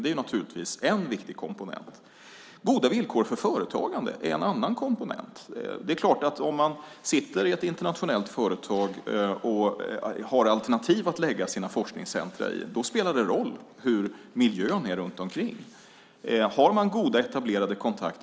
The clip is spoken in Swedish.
En annan komponent är goda villkor för företagande. Om man sitter i ett internationellt företag och har alternativa platser att förlägga sina forskningscentrum spelar det en roll hur miljön är runt omkring.